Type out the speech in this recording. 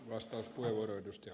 arvoisa puhemies